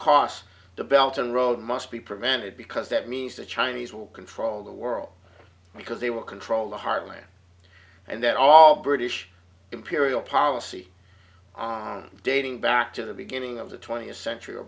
cos the belton road must be prevented because that means the chinese will control the world because they will control the heartland and that all british imperial policy dating back to the beginning of the twentieth century or